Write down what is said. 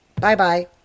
bye-bye